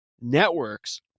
networks